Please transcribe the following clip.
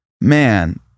man